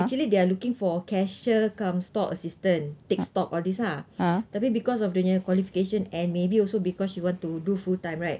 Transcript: actually they are looking for a cashier cum store assistant take stock all these ah tapi because of dia punya qualification and maybe also because she want to do full time right